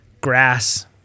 grass